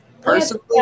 Personally